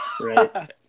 right